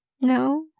No